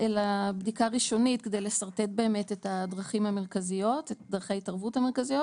אלא בדיקה ראשונית כדי לשרטט באמת את דרכי ההתערבות המרכזיות